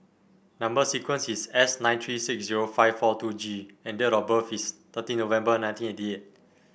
number sequence is S nine three six zero five four two G and date of birth is thirteen November nineteen eighty eight